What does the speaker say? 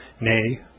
nay